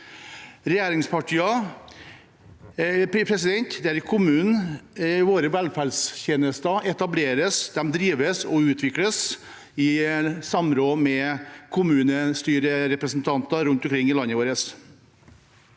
mv.) 3983 Det er i kommunene våre velferdstjenester etableres, drives og utvikles i samråd med kommunestyrerepresentanter rundt omkring i landet vårt.